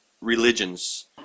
religions